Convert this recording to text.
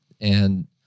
and-